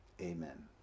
Amen